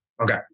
Okay